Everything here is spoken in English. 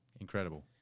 incredible